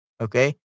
okay